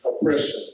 oppression